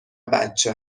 بچه